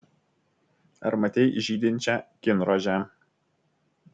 ar matei žydinčią kinrožę